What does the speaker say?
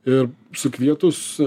ir sukvietus